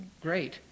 great